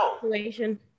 situation